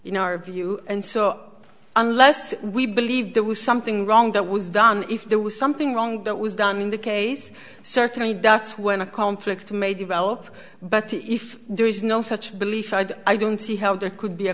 you know our view and so unless we believe there was something wrong that was done if there was something wrong that was done in the case certainly doubts when a conflict may develop but if there is no such belief i'd i don't see how there could be a